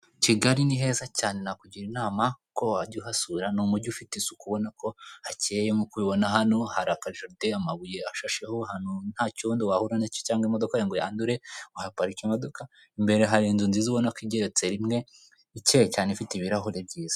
Kigali niheza cyane nakugira inama ko wajya uhasura ni umujyi ufite isuku ubona ko hakeye nkuko ubibona hano hari aka jaride amabuye ashasheho ahantu ntacyondo wahura nacyo cyangwa imodoka yawe ngo yandure uhaparika imodoka, imbere hari inzu nziza ubona ko igeretse rimwe ikeye cyane ifite ibirahure byiza.